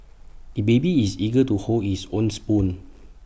the baby is eager to hold is own spoon